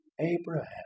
Abraham